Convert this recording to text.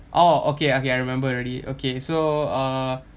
orh okay I can remember already so uh